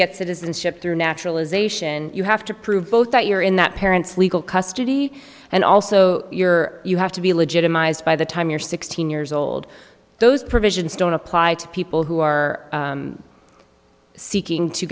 get citizenship through naturalization you have to prove both that you're in that parent's legal custody and also your you have to be legitimized by the time you're sixteen years old those provisions don't apply to people who are seeking to